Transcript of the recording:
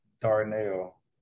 Darnell